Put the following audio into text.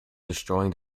destroying